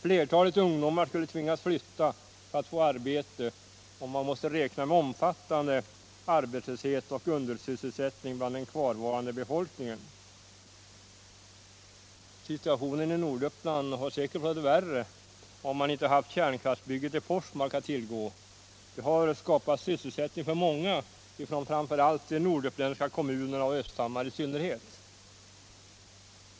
Flertalet ungdomar skulle tvingas flytta för att få arbete, och man måste räkna med en omfattande arbetslöshet och undersysselsättning bland den kvarvarande befolkningen. Situationen i Norduppland hade säkert varit än värre, om man inte haft kärnkraftsbygget i Forsmark att tillgå. Det har skapat sysselsättning för många ifrån framför allt de norduppländska kommunerna, i synnerhet Östhammar.